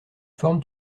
forment